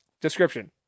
description